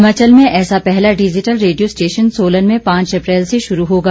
हिमाचल में ऐसा पहला डिजिटल रेडियो स्टेशन सोलन में पांच अप्रैल से शुरू होगा